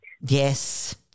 Yes